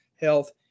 health